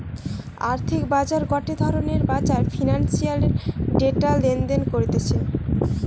আর্থিক বাজার গটে ধরণের বাজার ফিন্যান্সের ডেটা লেনদেন করতিছে